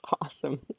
awesome